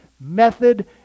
method